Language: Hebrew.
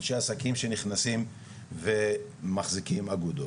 אנשי עסקים שנכנסים ומחזיקים אגודות.